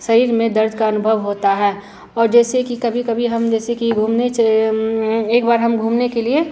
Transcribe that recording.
शरीर में दर्द का अनुभव होता है और जैसे कि कभी कभी हम जैसे कि घूमने एक बार हम घूमने के लिए